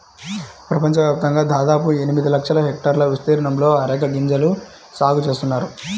ప్రపంచవ్యాప్తంగా దాదాపు ఎనిమిది లక్షల హెక్టార్ల విస్తీర్ణంలో అరెక గింజల సాగు చేస్తున్నారు